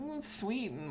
sweet